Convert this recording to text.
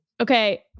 Okay